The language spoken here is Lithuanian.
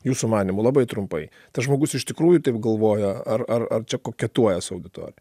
jūsų manymu labai trumpai tas žmogus iš tikrųjų taip galvoja ar ar ar čia koketuoja su auditorija